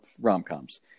rom-coms